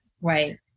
Right